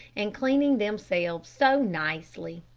and cleaning themselves so nicely.